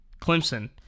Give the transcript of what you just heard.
Clemson